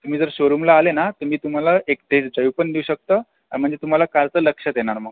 तुम्ही जर शोरूमला आले ना तर मी तुम्हाला एक टेस्ट ड्राईव्ह पण देऊ शकतो म्हणजे तुम्हाला कारचं लक्षात येणार मग